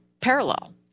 parallel